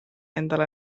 endale